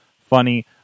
Funny